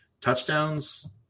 Touchdowns